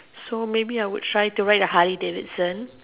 so maybe I would try to ride a Harley Davidson